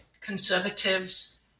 conservatives